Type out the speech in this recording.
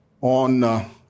on